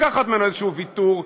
לקחת ממנו איזשהו ויתור,